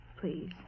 Please